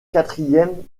quatrième